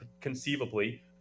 conceivably